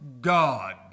God